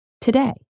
today